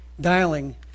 dialing